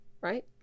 Right